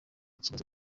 kibazo